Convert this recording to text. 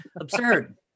absurd